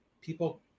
people